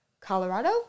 colorado